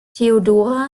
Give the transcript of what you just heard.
theodora